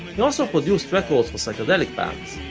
he also produced records for psychedelic bands,